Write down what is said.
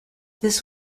this